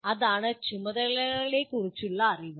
അതാണ് ചുമതലകളെക്കുറിച്ചുള്ള അറിവ്